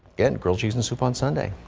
and grilled cheese and soup on sunday,